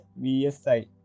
VSI